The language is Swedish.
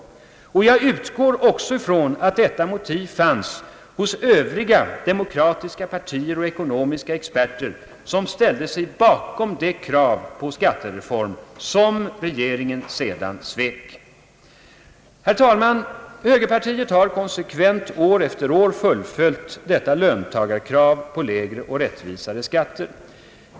Jag utgår ifrån att detta motiv fanns även hos övriga demokratiska partier och ekonomiska experter som ställde sig bakom detta krav på skattereform — som regeringen sedan svek. Herr talman! Högerpartiet har konsekvent år efter år fullföljt detta löntagarkrav på lägre och rättvisare skatter.